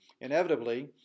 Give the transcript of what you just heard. inevitably